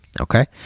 okay